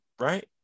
right